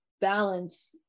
balance